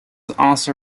also